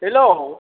hello